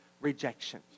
rejection